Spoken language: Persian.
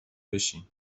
بشین